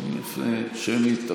יפה, שמית.